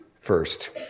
First